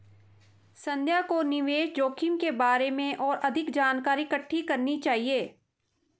संध्या को निवेश जोखिम के बारे में और अधिक जानकारी इकट्ठी करनी चाहिए